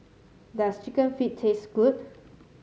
does chicken feet taste good